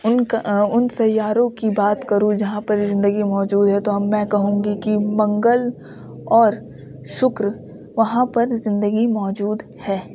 ان کا ان سیاروں کی بات کروں جہاں پر زندگی موجود ہے تو میں کہوں گی کہ منگل اور شکر وہاں پر زندگی موجود ہے